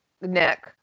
Nick